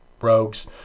rogues